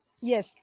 Yes